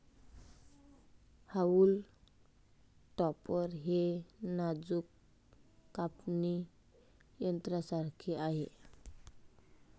haulm topper हे नाजूक कापणी यंत्रासारखे आहे